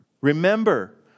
remember